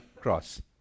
cross